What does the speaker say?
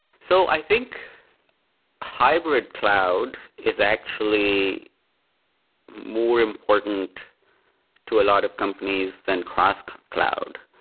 so i think hybrid cloud is actually more important to a lot of companies than cross cloud.